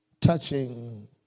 touching